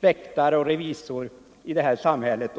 väktare och revisorer i det här samhället.